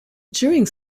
during